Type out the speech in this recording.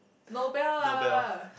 Nobel ah